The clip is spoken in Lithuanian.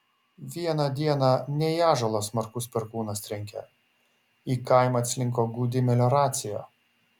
vieną dieną ne į ąžuolą smarkus perkūnas trenkė į kaimą atslinko gūdi melioracija